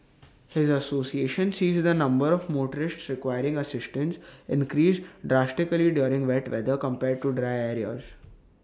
his association sees the number of motorists requiring assistance increase drastically during wet weather compared to dry